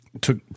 took